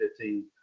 2015